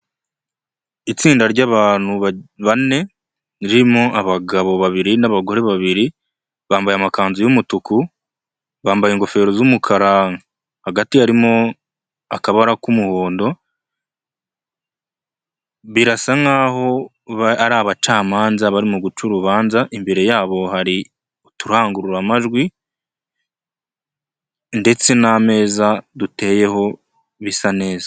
Itsinda ry'abantu bane, ririmo abagabo babiri n'abagore babiri, bambaye amakanzu y'umutuku, bambaye ingofero z'umukara, hagati harimo akabara k'umuhondo, birasa nk'aho ari abacamanza barimo guca urubanza, imbere yabo hari uturangururamajwi ndetse n'ameza duteyeho bisa neza.